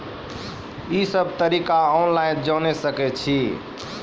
ई सब तरीका ऑनलाइन जानि सकैत छी?